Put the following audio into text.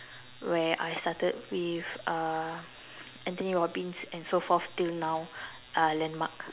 where I started with uh Anthony Robins and so forth till now uh landmark